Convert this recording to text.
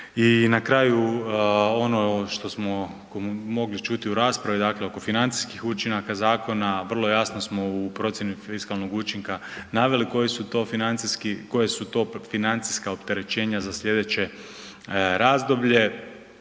I na kraju ono što smo mogli čuti u raspravi, dakle oko financijskih učinaka zakona vrlo jasno smo u procijeni fiskalnog učinka naveli koji su to financijski, koje su to financijska opterećenja za slijedeće razdoblje.